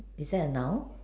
is that a noun